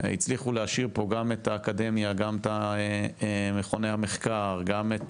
הצליחו להעשיר פה גם את האקדמיה, גם את